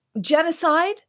genocide